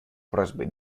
просьбой